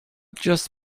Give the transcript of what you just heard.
just